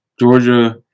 Georgia